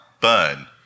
burn